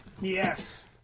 Yes